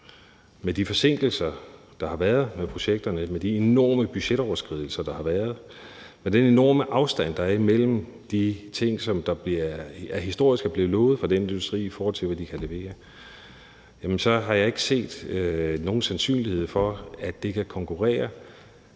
med de forsinkelser, der har været med projekterne, med de enorme budgetoverskridelser, der har været, med den enorme afstand, der er imellem de ting, som historisk er blevet lovet fra den industri, i forhold til hvad de kan levere, så har jeg ikke set nogen sandsynlighed for, at det kan konkurrere